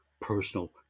personal